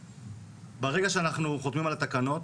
ברגע שאנחנו חותמים על התקנות,